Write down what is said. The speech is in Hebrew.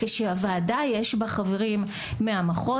כשהוועדה יש בה חברים מהמחוז,